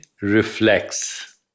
reflects